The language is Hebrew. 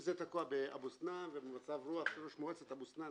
שזה תקוע באבו סנאן ובמצב-רוח של ראש מועצת אבו סנאן.